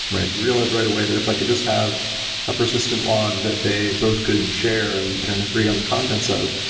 you realize right away that if i could just have a persistent log that they both could share and and agree on the contents of,